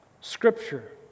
scripture